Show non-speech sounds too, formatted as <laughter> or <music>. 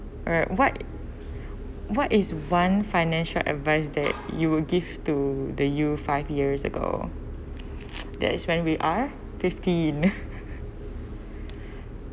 alright what what is one financial advice that you will give to the you five years ago there is when we are fifteen <laughs>